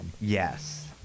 Yes